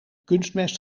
kunstmest